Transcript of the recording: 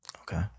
Okay